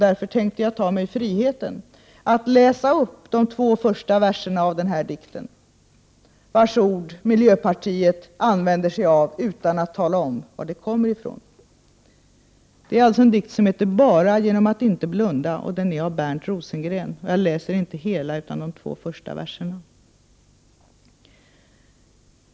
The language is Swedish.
Därför tänkte jag ta mig friheten att läsa de två första verserna av denna dikt, vars ord miljöpartiet använder sig av utan att tala om var de kommer ifrån. Dikten heter ”Bara genom att inte blunda” av Bernt Rosengren.